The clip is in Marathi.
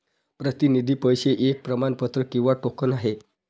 प्रतिनिधी पैसे एक प्रमाणपत्र किंवा टोकन आहे